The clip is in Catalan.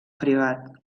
privat